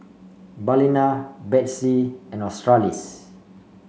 Balina Betsy and Australis